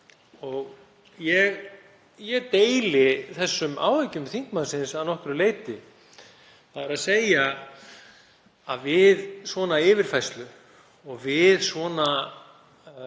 og ég deili þessum áhyggjum þingmannsins að nokkru leyti, þ.e. að við svona yfirfærslu og við svona